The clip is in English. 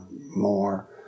more